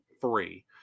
free